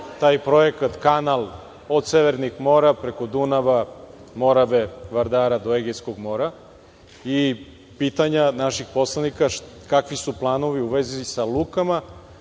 taj projekat kanal od severnih mora preko Dunava, Morave, Vardara, do Egejskog mora, i pitanja naših poslanika kakvi su planovi u vezi sa lukama